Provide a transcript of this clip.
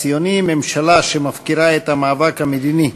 המחנה הציוני: ממשלה שמפקירה את המאבק המדיני,